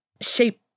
shape